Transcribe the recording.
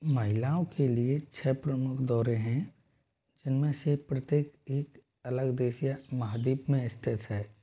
महिलाओं के लिए छः प्रमुख दौरे हैं जिनमें से प्रत्येक एक अलग देश या महाद्वीप में स्थित है